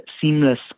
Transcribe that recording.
seamless